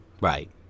right